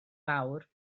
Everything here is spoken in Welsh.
fawr